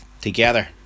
together